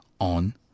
on